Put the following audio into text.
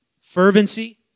Fervency